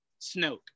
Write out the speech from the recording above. Snoke